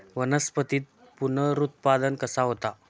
वनस्पतीत पुनरुत्पादन कसा होता?